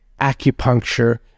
acupuncture